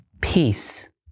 Peace